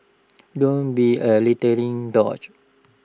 don't be A littering douche